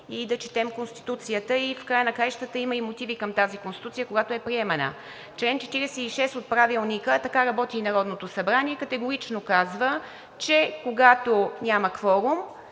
и да четем Конституцията? В края на краищата има и мотиви към тази Конституция, когато е приемана. В чл. 46 от Правилника – така работи Народното събрание – категорично се казва, че когато няма кворум,